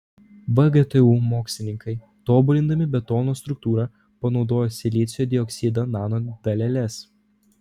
vgtu mokslininkai tobulindami betono struktūrą panaudojo silicio dioksido nanodaleles